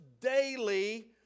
daily